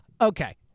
okay